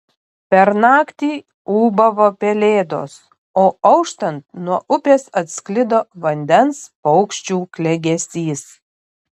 per naktį ūbavo pelėdos o auštant nuo upės atsklido vandens paukščių klegesys